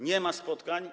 Nie ma spotkań.